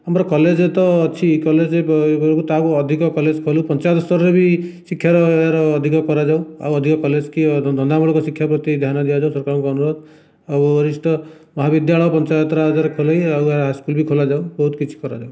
ଆମର କଲେଜ ତ ଅଛି କଲେଜ ବହୁତ ଆହୁରି ଅଧିକ ଖୋଲୁ ପଞ୍ଚାୟତ ସ୍ତରରେ ବି ଶିକ୍ଷାର ଆହୁରି ଅଧିକ କରାଯାଉ ଆଉ ଅଧିକ କଲେଜ କି ଧନ୍ଦାମୂଳକ ଶିକ୍ଷାକୁ ପ୍ରତି ଧ୍ୟାନ ଦିଆଯାଉ ସରକାରଙ୍କୁ ଅନୁରୋଧ ଆଉ ମହାବିଦ୍ୟାଳୟ ପଞ୍ଚାୟତରାଜରେ କରିଲେ ବି ହାଇସ୍କୁଲ ବି ଖୋଲାଯାଉ ବହୁତ କିଛି କରାଯାଉ